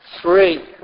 Three